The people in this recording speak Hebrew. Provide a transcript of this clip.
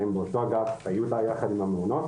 תיקחו אותם בעגלות למעונות.